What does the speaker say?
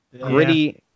Gritty